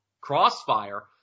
Crossfire